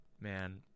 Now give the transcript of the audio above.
man